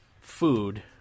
food